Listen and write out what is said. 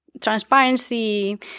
transparency